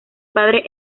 padre